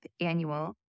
annual